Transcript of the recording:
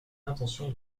l’intention